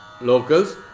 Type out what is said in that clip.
Locals